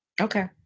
Okay